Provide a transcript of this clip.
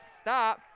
stop